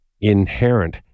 inherent